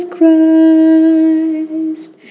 Christ